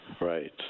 Right